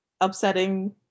upsetting